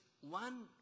one